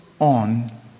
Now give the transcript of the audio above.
on